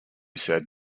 said